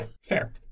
Fair